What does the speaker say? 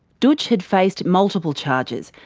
dootch had faced multiple charges,